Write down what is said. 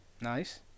Nice